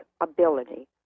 ability